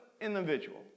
individual